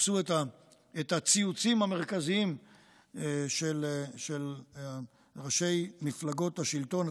חפשו את הציוצים המרכזיים של ראשי מפלגות השלטון,